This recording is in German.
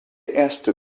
erste